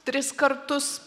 tris kartus